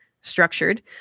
structured